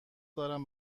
دارم